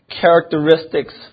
characteristics